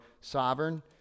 sovereign